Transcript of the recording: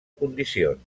condicions